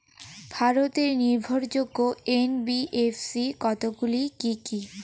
ভারতের নির্ভরযোগ্য এন.বি.এফ.সি কতগুলি কি কি?